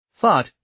thought